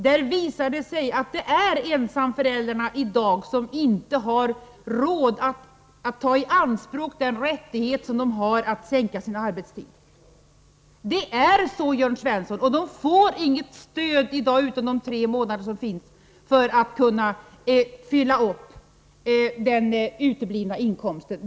De visar att det är ensamföräldrarna som i dag inte har råd att ta i anspråk den rättighet de har att minska sin arbetstid. Det är så, Jörn Svensson, och de får inget stöd i dag, utom de tre månader som redan finns, för att ersätta den uteblivna inkomsten.